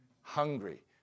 hungry